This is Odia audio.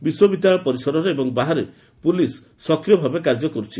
ବିଶ୍ୱବିଦ୍ୟାଳୟ ପରିସରରେ ଏବଂ ବାହାରେ ପୁଲିସ୍ ସକ୍ରିୟ ଭାବେ କାର୍ଯ୍ୟ କରୁଛି